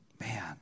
man